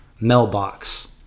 mailbox